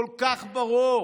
כל כך ברור.